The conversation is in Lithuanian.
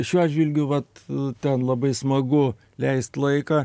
šiuo atžvilgiu vat ten labai smagu leist laiką